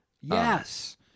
Yes